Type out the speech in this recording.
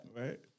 Right